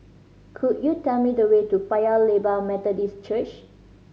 could you tell me the way to Paya Lebar Methodist Church